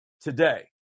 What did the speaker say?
today